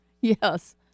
Yes